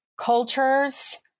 cultures